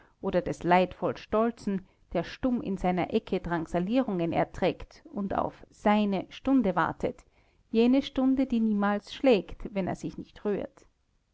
oder des leidvoll-stolzen der stumm in seiner ecke drangsalierungen erträgt und auf seine stunde wartet jene stunde die niemals schlägt wenn er sich nicht rührt